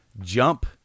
jump